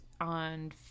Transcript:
on